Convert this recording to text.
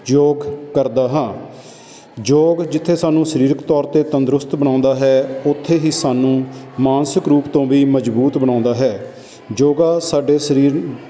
ਯੋਗ ਕਰਦਾ ਹਾਂ ਯੋਗ ਜਿੱਥੇ ਸਾਨੂੰ ਸਰੀਰਕ ਤੌਰ 'ਤੇ ਤੰਦਰੁਸਤ ਬਣਾਉਂਦਾ ਹੈ ਉੱਥੇ ਹੀ ਸਾਨੂੰ ਮਾਨਸਿਕ ਰੂਪ ਤੋਂ ਵੀ ਮਜ਼ਬੂਤ ਬਣਾਉਂਦਾ ਹੈ ਯੋਗਾ ਸਾਡੇ ਸਰੀਰ